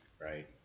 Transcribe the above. right